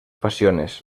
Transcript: pasiones